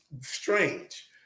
strange